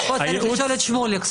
פה צריך לשאול את שמוליק.